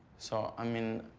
so i mean,